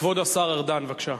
כבוד השר ארדן, בבקשה.